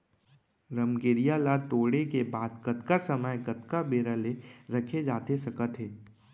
रमकेरिया ला तोड़े के बाद कतका समय कतका बेरा ले रखे जाथे सकत हे?